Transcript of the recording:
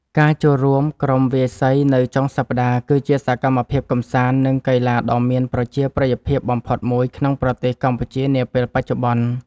ការចូលរួមក្រុមវាយសីនៅចុងសប្តាហ៍ គឺជាសកម្មភាពកម្សាន្ត និងកីឡាដ៏មានប្រជាប្រិយភាពបំផុតមួយក្នុងប្រទេសកម្ពុជានាពេលបច្ចុប្បន្ន។